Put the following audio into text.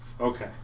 Okay